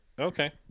Okay